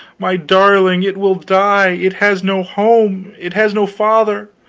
my darling, it will die! it has no home, it has no father,